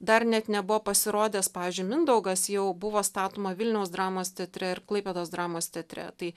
dar net nebuvo pasirodęs pavyzdžiui mindaugas jau buvo statoma vilniaus dramos teatre ir klaipėdos dramos teatre tai